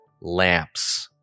lamps